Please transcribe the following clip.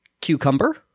Cucumber